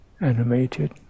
animated